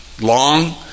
long